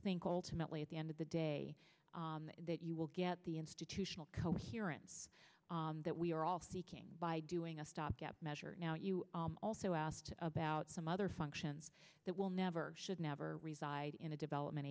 think ultimately at the end of the day that you will get the institutional coherence that we are all seeking by doing a stopgap measure now you also asked about some other functions that will never should never reside in a development